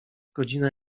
godzina